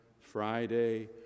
Friday